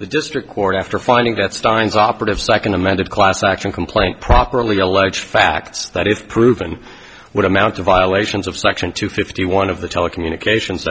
the district court after finding that stein's operative second amended class action complaint properly allege facts that if proven would amount to violations of section two fifty one of the telecommunications